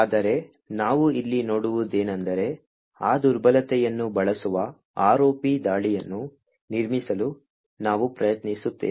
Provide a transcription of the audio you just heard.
ಆದರೆ ನಾವು ಇಲ್ಲಿ ನೋಡುವುದೇನೆಂದರೆ ಆ ದುರ್ಬಲತೆಯನ್ನು ಬಳಸುವ ROP ದಾಳಿಯನ್ನು ನಿರ್ಮಿಸಲು ನಾವು ಪ್ರಯತ್ನಿಸುತ್ತೇವೆ